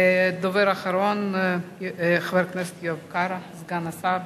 הדובר האחרון, חבר הכנסת איוב קרא, סגן השר.